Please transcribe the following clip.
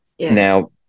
now